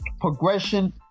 progression